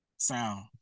sound